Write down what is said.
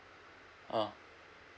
uh